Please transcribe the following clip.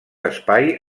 espai